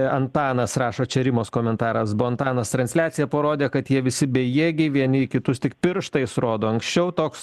antanas rašo čia rimos komentaras buvo antanas transliacija parodė kad jie visi bejėgiai vieni į kitus tik pirštais rodo anksčiau toks